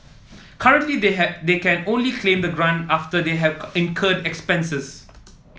currently they have they can only claim the grant after they have incurred expenses